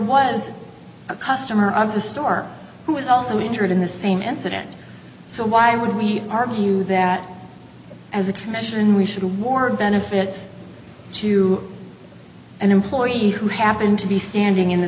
was a customer of the store who was also injured in the same incident so why would we argue that as a commission we should award benefits to an employee who happened to be standing in the